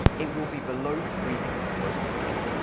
it will be below freezing for most of the day.